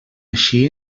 així